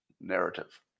narrative